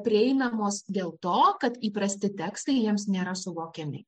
prieinamos dėl to kad įprasti tekstai jiems nėra suvokiami